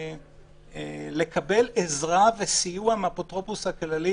לקבל עזרה וסיוע מהאפוטרופוס הכללי,